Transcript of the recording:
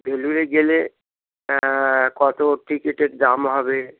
ভেলোরে গেলে কত টিকিটের দাম হবে